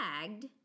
tagged